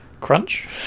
Crunch